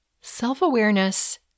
Self-awareness